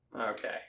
Okay